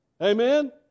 Amen